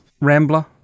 Rambler